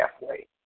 halfway